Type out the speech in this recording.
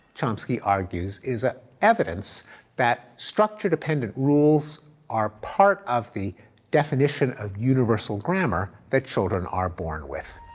chomsky argues, is ah evidence that structure dependent rules are part of the definition of universal grammar that children are born with.